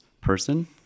person